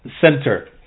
Center